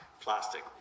plastic